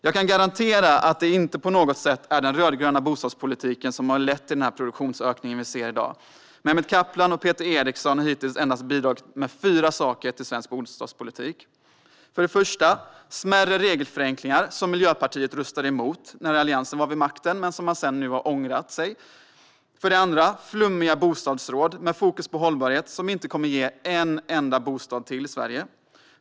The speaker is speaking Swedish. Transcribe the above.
Jag kan garantera att det inte på något sätt är den rödgröna bostadspolitiken som har lett till den produktionsökning vi ser i dag. Mehmet Kaplan och Peter Eriksson har hittills endast bidragit med fyra saker till svensk bostadspolitik. För det första har man skapat smärre regelförenklingar, som Miljöpartiet röstade emot när Alliansen var vid makten men nu har ångrat sig om. För det andra har man skapat flummiga bostadsråd med fokus på hållbarhet som inte kommer att ge en enda bostad till i Sverige.